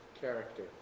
Character